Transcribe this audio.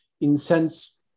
incense